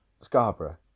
Scarborough